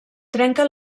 trenca